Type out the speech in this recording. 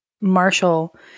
Marshall